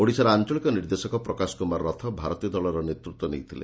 ଓଡ଼ିଶାର ଆଞ୍ଚଳିକ ନିର୍ଦ୍ଦେଶକ ପ୍ରକାଶ କୁମାର ରଥ ଭାରତୀୟ ଦଳର ନେତୂତ୍ୱ ନେଇଥିଲେ